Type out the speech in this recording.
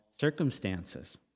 circumstances